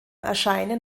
erscheinen